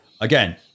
again